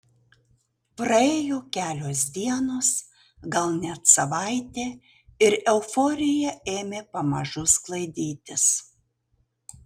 praėjo kelios dienos gal net savaitė ir euforija ėmė pamažu sklaidytis